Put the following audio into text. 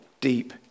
deep